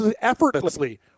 effortlessly